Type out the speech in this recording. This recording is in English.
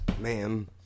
ma'am